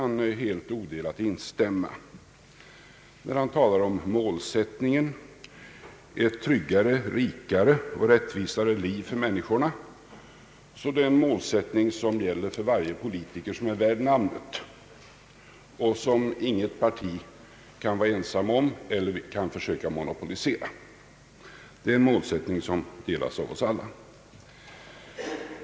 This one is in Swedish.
När statsrådet Wickman talar om målsättningen — ett tryggare, rikare och rättvisare liv för människorna — så är det en målsättning som gäller för varje politiker som är värd namnet och som inget parti kan vara ensamt om eller försöka monopolisera. Det är en målsättning som delas av oss alla.